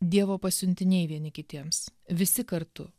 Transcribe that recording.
dievo pasiuntiniai vieni kitiems visi kartu